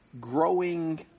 growing